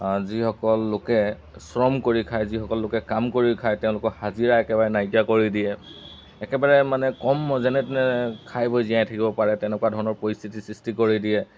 যিসকল লোকে শ্ৰম কৰি খায় যিসকল লোকে কাম কৰি খায় তেওঁলোকক হাজিৰা একেবাৰে নাইকিয়া কৰি দিয়ে একেবাৰে মানে কম যেনে তেনে খাই বৈ জীয়াই থাকিব পাৰে তেনেকুৱা ধৰণৰ পৰিস্থিতি সৃষ্টি কৰি দিয়ে